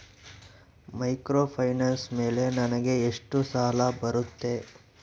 Microfinance ಮೇಲೆ ನನಗೆ ಎಷ್ಟು ಸಾಲ ಬರುತ್ತೆ?